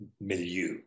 milieu